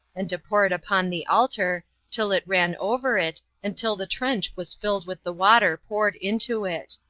and to pour it upon the altar, till it ran over it, and till the trench was filled with the water poured into it.